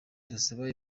ndasaba